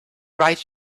write